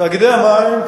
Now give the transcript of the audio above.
תאגידי המים,